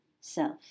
Self